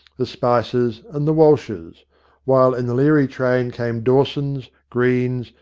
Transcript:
the splcers, and the walshes while in the leary train came dawsons, greens,